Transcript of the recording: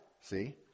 See